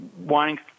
wanting